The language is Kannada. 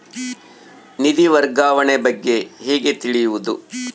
ನಿಧಿ ವರ್ಗಾವಣೆ ಬಗ್ಗೆ ಹೇಗೆ ತಿಳಿಯುವುದು?